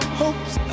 hopes